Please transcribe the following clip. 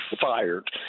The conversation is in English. fired